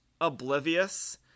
oblivious